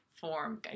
form